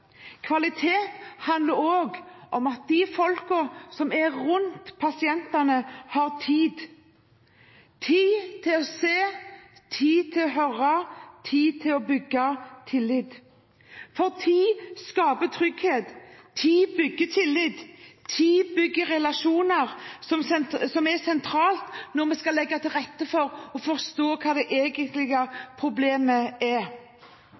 Kvalitet handler også om at de folkene som er rundt pasientene, har tid – tid til å se, tid til å høre, tid til å bygge tillit. Tid skaper trygghet, tid bygger tillit, tid bygger relasjoner, som er sentralt når vi skal legge til rette for å forstå hva det egentlige problemet er.